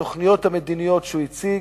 בתוכניות המדיניות שהוא הציג,